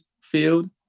field